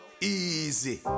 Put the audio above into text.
easy